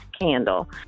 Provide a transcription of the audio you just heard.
candle